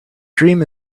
dream